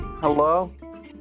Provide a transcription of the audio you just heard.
hello